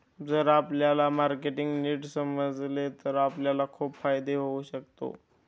जर आपल्याला मार्केटिंग नीट समजले तर आपल्याला खूप फायदा होऊ शकतो